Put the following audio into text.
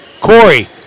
Corey